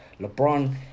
LeBron